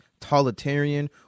totalitarian